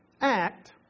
act